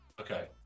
Okay